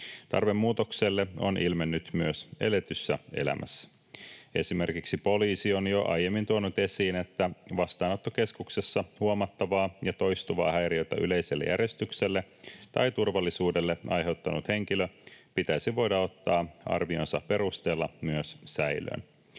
Tarve muutokselle on ilmennyt myös eletyssä elämässä. Esimerkiksi poliisi on jo aiemmin tuonut esiin, että vastaanottokeskuksessa huomattavaa ja toistuvaa häiriötä yleiselle järjestykselle tai turvallisuudelle aiheuttanut henkilö pitäisi voida ottaa arvionsa perusteella myös säilöön.